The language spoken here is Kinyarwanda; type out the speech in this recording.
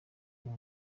uyu